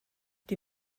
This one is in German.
die